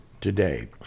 today